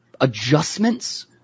adjustments